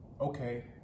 okay